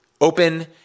Open